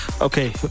Okay